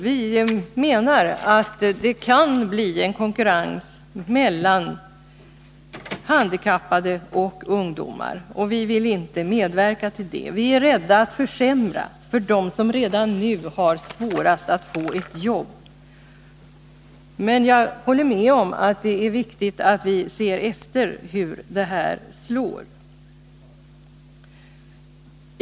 Vi menar att det kan uppstå konkurrens mellan handikappade och ungdomar, och vi vill inte medverka till det. Vi är rädda att försämra för dem som redan nu har svårast att få ett jobb. Men jag håller med om att det är viktigt att vi ser efter hur detta slår.